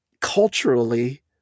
culturally